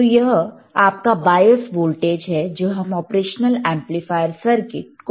तो यह आपका बायस वोल्टेज है जो हम ऑपरेशनल एमप्लीफायर सर्किट को देते हैं